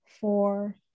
four